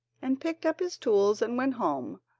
and picked up his tools and went home,